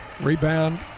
Rebound